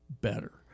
better